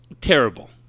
Terrible